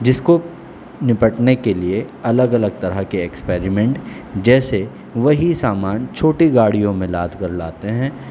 جس کو نپٹنے کے لیے الگ الگ طرح کے ایکسپریمنٹ جیسے وہی سامان چھوٹی گاڑیوں میں لاد کر لاتے ہیں